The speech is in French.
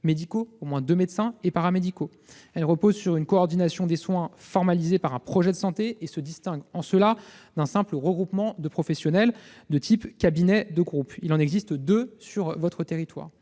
médicaux- au moins deux médecins -et paramédicaux. Elles reposent sur une coordination des soins, formalisée par un projet de santé et se distinguent en cela d'un simple regroupement de professionnels, de type cabinet de groupe. Il en existe deux sur votre territoire.